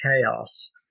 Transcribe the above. chaos